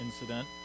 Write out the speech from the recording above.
incident